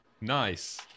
Nice